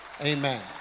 Amen